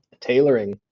tailoring